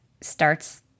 starts